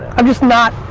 i'm just not,